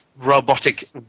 robotic